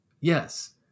Yes